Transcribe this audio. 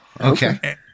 Okay